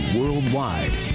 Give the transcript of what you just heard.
worldwide